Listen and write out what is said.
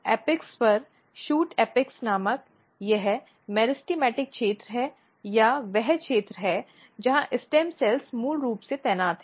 apex पर shoot apex नामक यह मेरिस्टेमेटिक क्षेत्र या वह क्षेत्र है जहां स्टेम सेल मूल रूप से तैनात हैं